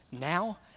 now